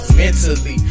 mentally